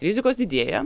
rizikos didėja